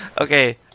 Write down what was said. Okay